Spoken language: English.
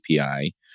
API